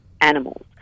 animals